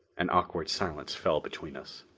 an awkward silence fell between us.